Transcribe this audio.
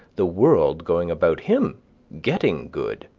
the world going about him getting good.